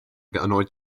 erneut